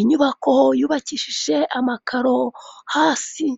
inyubako yabakishishije amakaro hasi.